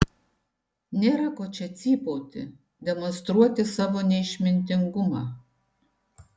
nėra ko čia cypauti demonstruoti savo neišmintingumą